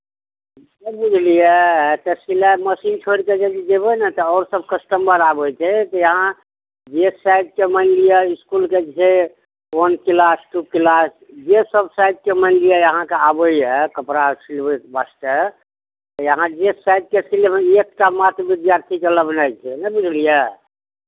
नहि बुझलियै तऽ सिलाइ मशीन छोड़ि कऽ यदि जयबै ने तऽ आओर सभ कस्टमर आबै छै तऽ अहाँ जे साइजके मानि लिअ इसकुलके जे छै वन क्लास टू क्लास जे सभ साइजके मानि लिअ अहाँके आबैए कपड़ा सिलबयके वास्ते अहाँ जे साइजके सिलयबै एकटा मात्र विद्यार्थीके लओनाइ छै नहि बुझलियै